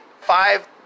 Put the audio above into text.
five